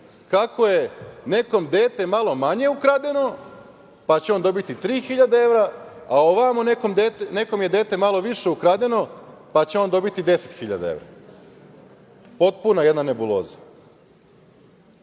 kako je nekom dete malo manje ukradeno, pa će on dobiti 3.000, a ovamo je nekome dete malo više ukradeno, pa će on dobiti 10.000 evra. Potpuna jedna nebuloza. Naravno,